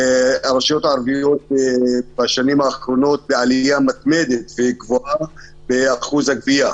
הרשויות הערביות בשנים האחרונות בעלייה מתמדת וגבוהה באחוז הגבייה.